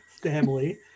family